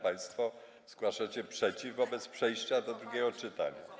Państwo zgłaszacie sprzeciw wobec przejścia do drugiego czytania.